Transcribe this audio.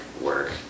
work